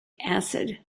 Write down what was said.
acid